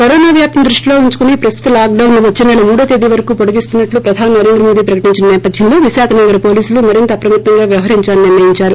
corona వ్యాప్తని దృష్లిలో ఉంచుకుని ప్రస్తుత లాక్డొన్ ను వచ్చేసెల మూడో తేదీ వరకూ పొడిగిస్తున్నట్లు ప్రధాన నరేంద్ర మోదీ ప్రకటించిన సేపథ్యంలో విశాఖ నగర పోలీసులు మరింత అప్రమత్తంగా వ్యవహరిందాలని నిర్ణయించారు